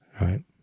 Right